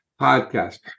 podcast